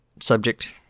subject